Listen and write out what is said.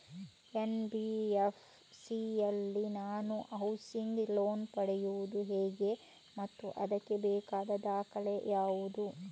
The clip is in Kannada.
ಎನ್.ಬಿ.ಎಫ್.ಸಿ ಯಲ್ಲಿ ನಾನು ಹೌಸಿಂಗ್ ಲೋನ್ ಪಡೆಯುದು ಹೇಗೆ ಮತ್ತು ಅದಕ್ಕೆ ಬೇಕಾಗುವ ದಾಖಲೆ ಯಾವುದು?